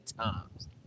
times